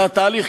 והתהליך.